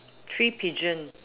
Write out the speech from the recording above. three pigeon